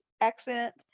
accent